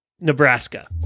nebraska